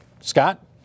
Scott